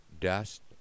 dust